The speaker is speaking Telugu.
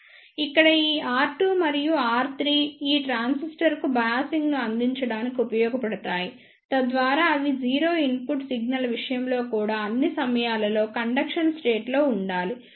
ఇక్కడ ఈ R2 మరియు R3 ఈ ట్రాన్సిస్టర్కు బయాసింగ్ ను అందించడానికి ఉపయోగించబడతాయి తద్వారా అవి 0 ఇన్పుట్ సిగ్నల్ విషయంలో కూడా అన్ని సమయాలలో కండక్షన్ స్టేట్ లో ఉండాలి